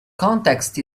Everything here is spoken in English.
context